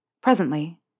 Presently